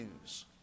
news